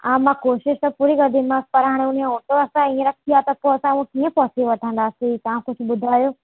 हा मां कोशिशि त पूरी कंदीमांसि पर हाणे हुनजी ऑटो असां हींअर रखी आ्हे त पोइ असां उहो कीअं पहुची वठंदासीं तव्हां कुझु ॿुधायो